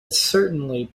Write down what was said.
certainly